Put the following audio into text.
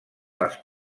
les